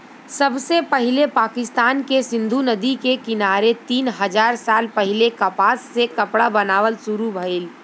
सबसे पहिले पाकिस्तान के सिंधु नदी के किनारे तीन हजार साल पहिले कपास से कपड़ा बनावल शुरू भइल